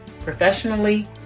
professionally